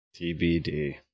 TBD